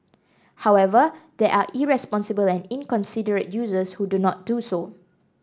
however there are irresponsible and inconsiderate users who do not do so